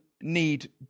need